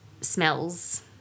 smells